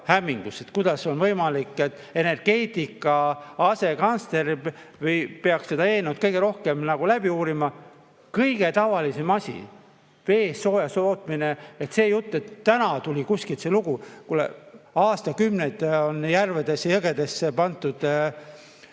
hämmingus, et kuidas see on võimalik. Energeetika asekantsler peaks seda eelnõu kõige rohkem nagu läbi uurima. Kõige tavalisem asi, veest sooja tootmine. See jutt, et täna tuli kuskilt see lugu – kuulge, aastakümneid on järvedesse ja jõgedesse pandud